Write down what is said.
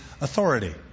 authority